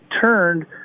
turned